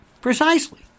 Precisely